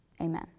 Amen